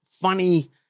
funny